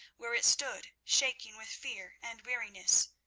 where it stood shaking with fear and weariness.